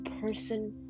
person